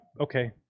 okay